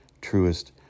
truest